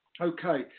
okay